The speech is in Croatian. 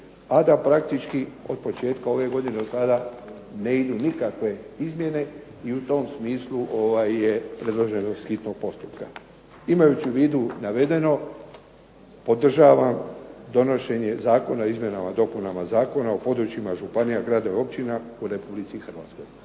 a da praktički od početka ove godine od tada ne idu nikakve izmjene. I u tom smislu ovaj predložena hitnost postupka. Imajući u vidu navedeno podržavam donošenje Zakona o izmjenama i dopunama Zakona o područjima, gradova, općina u RH. Hvala.